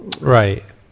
right